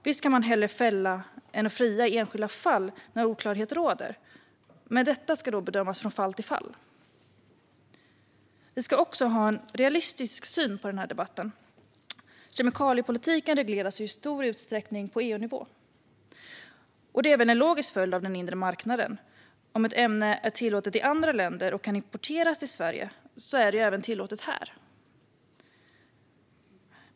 Visst kan man hellre fälla än fria i enskilda fall när oklarhet råder, men detta ska bedömas från fall till fall. Vi ska också ha en realistisk syn i denna debatt. Kemikaliepolitiken regleras i stor utsträckning på EU-nivå, vilket är en logisk följd av den inre marknaden. Om ett ämne är tillåtet i andra länder och kan importeras till Sverige är det även tillåtet här.